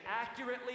accurately